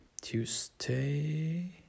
Tuesday